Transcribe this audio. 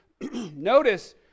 notice